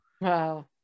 Wow